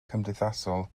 cymdeithasol